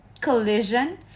collision